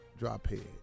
drophead